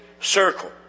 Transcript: circle